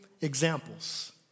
examples